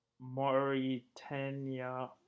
Mauritania